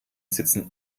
sitzen